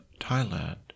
Thailand